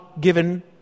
given